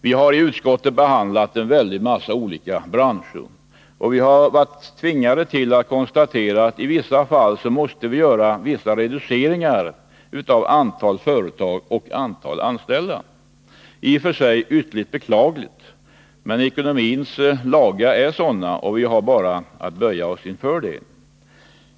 Vi har i näringsutskottet behandlat frågor som rört en mängd olika branscher, och vi har tvingats konstatera att man i vissa fall måste göra betydande reduceringar av antalet företag och antalet anställda. Det är i och för sig ytterligt beklagligt, men ekonomins lagar är sådana, och vi har bara att böja oss inför detta faktum.